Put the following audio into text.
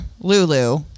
Lulu